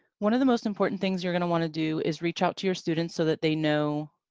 one of the most important things you're going to want to do is reach out to your students, so that they know